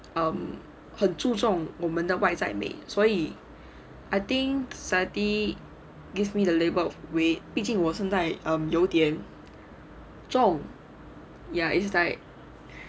um 很注重我们的外在美所以 I think society give me the label weight 毕竟我现在 um 有点重 ya its like